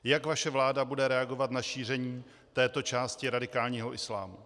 Jak vaše vláda bude reagovat na šíření této části radikálního islámu?